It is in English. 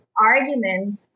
arguments